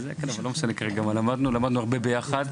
כן, אבל לא משנה כרגע מה למדנו, למדנו הרבה ביחד.